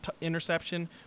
interception